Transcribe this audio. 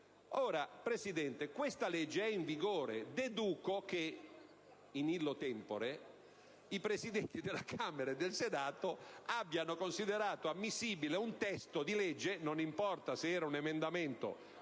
Ora, Presidente, questa legge è in vigore: ne deduco che *illo tempore* i Presidenti della Camera e del Senato abbiano considerato ammissibile un testo - non importa se un emendamento